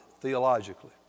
theologically